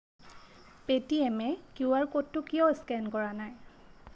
পে'টিএমে QR ক'ডটো কিয় scan কৰা নাই